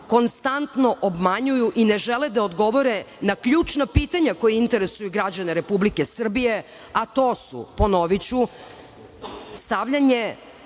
konstantno obmanjuju i ne žele da odgovore na ključna pitanja koja interesuju građane Republike Srbije, a to su, ponoviću - stavljanje